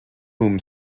whom